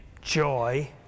joy